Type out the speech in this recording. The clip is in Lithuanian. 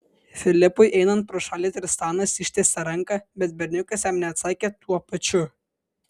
filipui einant pro šalį tristanas ištiesė ranką bet berniukas jam neatsakė tuo pačiu